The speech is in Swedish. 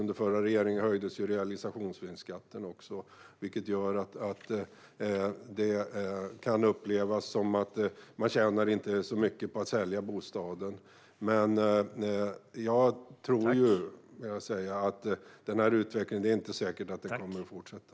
Under förra regeringen höjdes också realisationsvinstskatten, vilket gör att det kan upplevas som att man inte tjänar så mycket på att sälja bostaden. Jag tror inte att det är säkert att den här utvecklingen kommer att fortsätta.